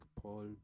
Paul